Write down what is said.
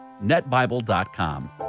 netbible.com